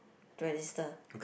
to register